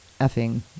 effing